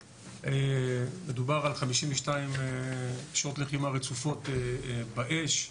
מדובר על 52 שעות לחימה רצופות באש,